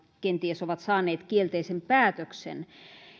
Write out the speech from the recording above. kenties ovat saaneet kielteisen päätöksen